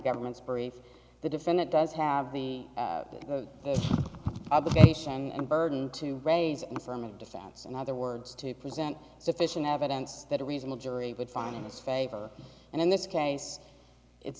government's brief the defendant does have the obligation and burden to raise and from a defense and other words to present sufficient evidence that a reasonable jury would find in its favor and in this case it